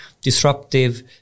disruptive